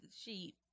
sheep